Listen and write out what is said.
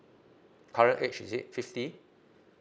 current age is it fifty